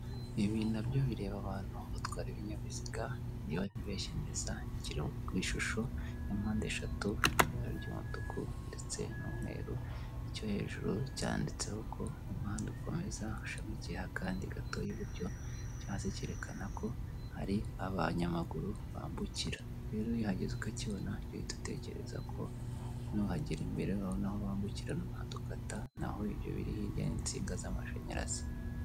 Ibi nabyo bireba abantu batwara ibinyabiziga, niba ntibeshye neza kiri ku ishusho ya mpande eshatu ibara ry'umutuku ndetse n'umweru, icyo hejuru cyanditseho ko umuhanda ukomeza ushamikiye akandi gatoya iburyo, icyo hasi cyerekana ko hari abanyamaguru bambukira rero iyo hageze ukakibona jya uhita utekereza ko nuhagera imbere urabona aho bambukira n'umuhanda ukata n'aho ibyo biri hirya n'insinga z'amashanyarazi.